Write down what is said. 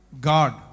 God